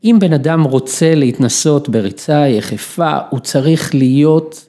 אם בן אדם רוצה להתנסות בריצה היחפה, הוא צריך להיות...